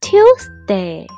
Tuesday